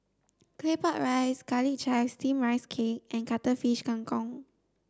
Claypot rice garlic chives steamed rice cake and cuttlefish Kang Kong